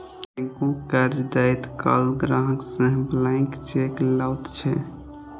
बैंको कर्ज दैत काल ग्राहक सं ब्लैंक चेक लैत छै